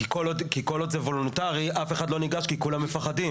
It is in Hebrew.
כי כל עוד זה וולונטרי אף אחד לא ניגש כי כולם מפחדים.